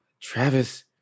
Travis